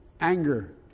ANGER